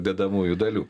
dedamųjų dalių